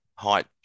height